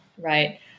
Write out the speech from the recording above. right